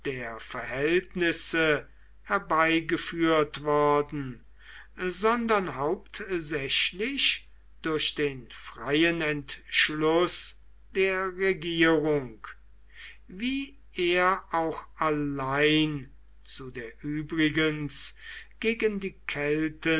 der verhältnisse herbeigeführt worden sondern hauptsächlich durch den freien entschluß der regierung wie er auch allein zu der übrigens gegen die kelten